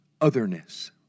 otherness